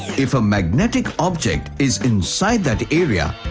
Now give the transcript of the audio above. if a magnetic object is inside that area.